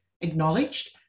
acknowledged